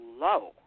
low